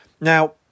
Now